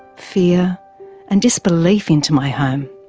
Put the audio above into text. fear and disbelief into my home.